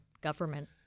government